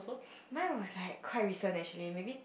mine was like quite recent actually maybe